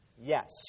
Yes